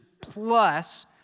plus